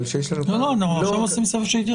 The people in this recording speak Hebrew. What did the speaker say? אנחנו עכשיו עושים סבב של התייחסות.